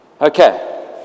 Okay